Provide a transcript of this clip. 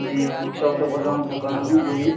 جی میں book shop سے بول رہا ہوں بک آنر ہوں بولیے